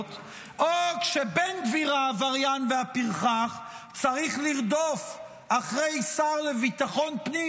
או כשבן גביר העבריין והפרחח צריך לרדוף אחרי שר לביטחון פנים,